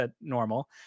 normal